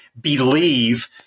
believe